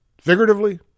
figuratively